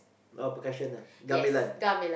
oh percussion ah gamelan